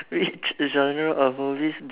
which genre of movies